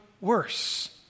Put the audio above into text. worse